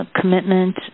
commitment